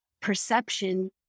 perception